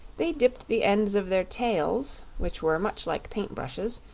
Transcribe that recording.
they dipped the ends of their tails, which were much like paint-brushes,